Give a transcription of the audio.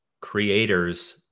creators